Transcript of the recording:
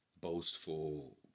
boastful